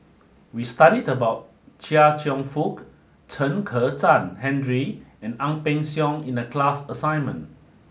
we studied about Chia Cheong Fook Chen Kezhan Henri and Ang Peng Siong in the class assignment